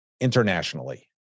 internationally